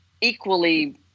equally